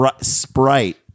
Sprite